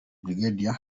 brig